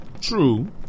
True